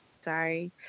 sorry